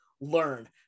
learn